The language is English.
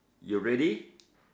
you ready